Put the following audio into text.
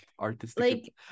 artistic